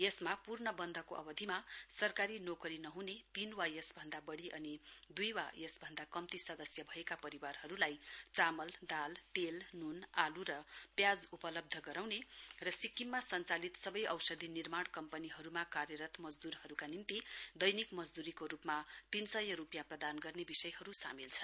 यसमा पूर्ण वन्दको अवधिमा सरकारी नोकरी नहुने तीन वा यसभन्दा वढ़ी अनि दुई वा यस भन्दा कम्ती सदस्य भएका परिवारहरुलाई चामल दाल तेल नून आलू र प्याज उपलब्ध गराउने र सिक्किममा सञ्चालित सवै औषधी निर्माण कम्पनीहरुमा कार्यरत मजदूरहरुका निम्ति दैनिक मजदूरीको रुपमा तीन सय रुपियाँ प्रदान गर्ने विषयहरु सामेल छन्